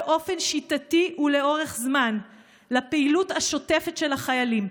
באופן שיטתי ולאורך זמן לפעילות השוטפת של החיילים,